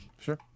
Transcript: sure